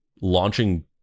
launching